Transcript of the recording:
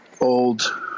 old